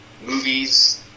movies